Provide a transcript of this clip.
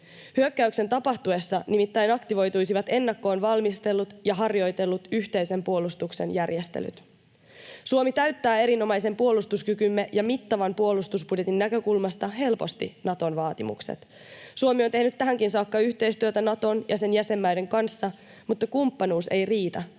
hyökkäyksen tapahtuessa nimittäin aktivoituisivat ennakkoon valmistellut ja harjoitellut yhteisen puolustuksen järjestelyt. Suomi täyttää erinomaisen puolustuskykymme ja mittavan puolustusbudjetin näkökulmasta helposti Naton vaatimukset. Suomi on tehnyt tähänkin saakka yhteistyötä Naton ja sen jäsenmaiden kanssa, mutta kumppanuus ei riitä